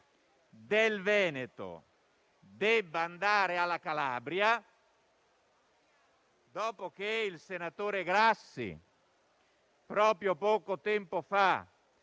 del Veneto debba andare alla Calabria, dopo che il senatore Grassi proprio poco tempo fa,